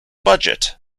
budget